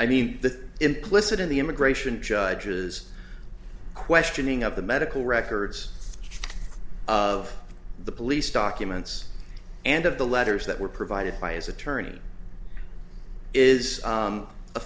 i mean the implicit in the immigration judge is questioning of the medical records of the police documents and of the letters that were provided by his attorney is